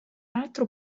altro